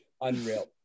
unreal